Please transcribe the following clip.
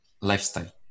Lifestyle